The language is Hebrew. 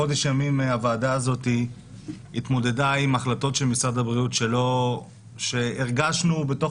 חודש ימים הוועדה הזאת התמודדה עם החלטות של משרד הבריאות והגשנו בתוך